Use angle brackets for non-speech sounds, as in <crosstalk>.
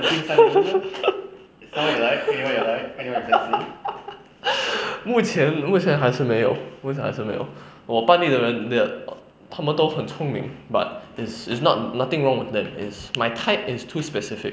<laughs> 目前目前还是没有目前还是没有我班里的人的 err 他们都很聪明 but is is not nothing wrong with them is my type is too specific